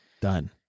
done